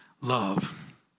love